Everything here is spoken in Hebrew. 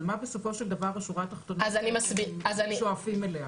אבל מה בסופו של דבר השורה התחתונה שאתם שואפים אליה?